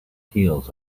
heels